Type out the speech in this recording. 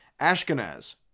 Ashkenaz